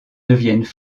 deviennent